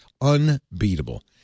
unbeatable